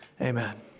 Amen